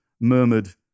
murmured